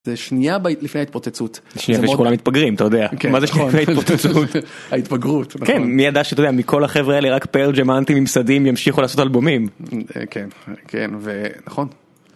זה שנייה לפני התפוצצות שכולם מתפגרים אתה יודע מה זה התפגרות כן מי ידע שאתה מכל החברה לרק פרג'מנטים עם סדים ימשיכו לעשות אלבומים כן כן ונכון.